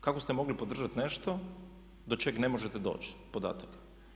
Kako ste mogli podržati nešto do čeg ne možete doći, podataka.